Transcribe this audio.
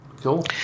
Cool